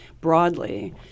broadly